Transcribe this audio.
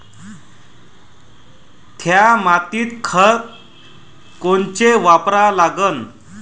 थ्या मातीत खतं कोनचे वापरा लागन?